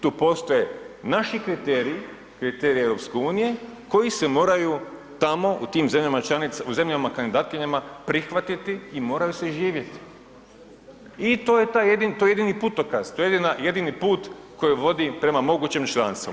Tu postoje naši kriteriji, kriteriji EU koji se moraju tamo u tim zemljama kandidatkinjama prihvatiti i moraju se živjeti i to je jedini putokaz, to je jedini put koji vodi prema mogućem članstvu.